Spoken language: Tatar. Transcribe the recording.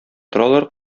торалар